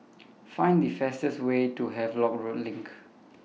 Find The fastest Way to Havelock Road LINK